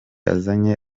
azanye